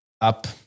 up